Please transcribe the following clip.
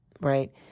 right